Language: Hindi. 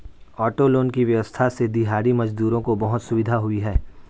ऑटो लोन की व्यवस्था से दिहाड़ी मजदूरों को बहुत सुविधा हुई है